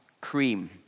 cream